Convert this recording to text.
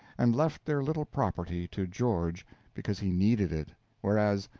and left their little property to george because he needed it whereas,